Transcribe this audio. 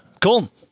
Cool